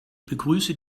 begrüße